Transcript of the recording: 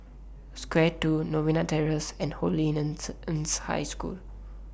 Square two Novena Terrace and Holy Innocents' High School